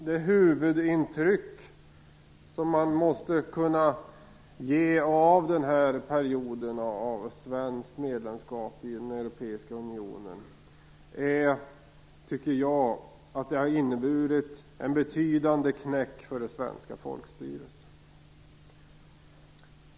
Det huvudintryck man får av denna period av svenskt medlemskap i den europeiska unionen är att det har inneburit en betydande knäck för det svenska folkstyret.